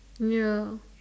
ya